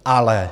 Ale.